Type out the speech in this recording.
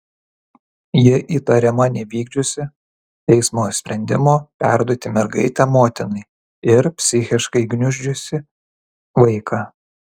ji įtariama nevykdžiusi teismo sprendimo perduoti mergaitę motinai ir psichiškai gniuždžiusi vaiką